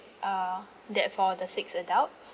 uh that for the six adults